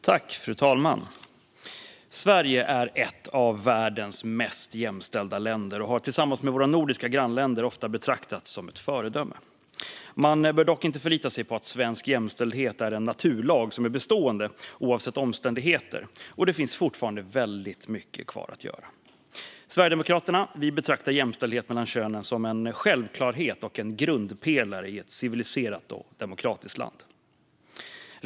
Fru talman! Sverige är ett av världens mest jämställda länder och har tillsammans med våra nordiska grannländer ofta betraktats som ett föredöme. Man bör dock inte förlita sig på att svensk jämställdhet är en naturlag som är bestående oavsett omständigheter, och det finns fortfarande väldigt mycket kvar att göra. Sverigedemokraterna betraktar jämställdhet mellan könen som en självklarhet och en grundpelare i ett civiliserat och demokratiskt land.